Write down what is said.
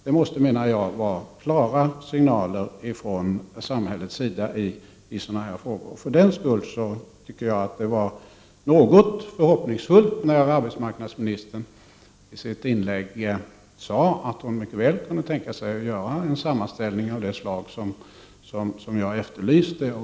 Jag menar att det måste komma klara signaler från samhällets sida i sådana här frågor. Jag tycker för den skull att det var något förhoppningsfullt när arbetsmarknadsministern i sitt inlägg sade att hon mycket väl kunde tänka sig att göra en sammanställning av det slag som jag efterlyste.